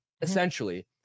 essentially